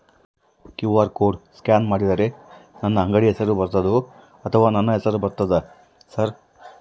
QR code scan ಮಾಡಿದರೆ ನನ್ನ ಅಂಗಡಿ ಹೆಸರು ಬರ್ತದೋ ಅಥವಾ ನನ್ನ ಹೆಸರು ಬರ್ತದ ಸರ್?